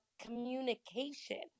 communication